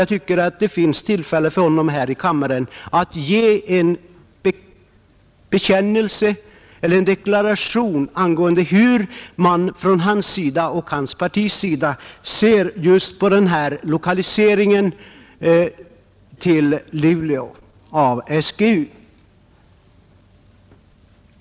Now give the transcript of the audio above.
Jag tycker det finns tillfälle för honom att här i kammaren lämna en deklaration om hur han och hans parti ser just på lokaliseringen av SGU till Luleå.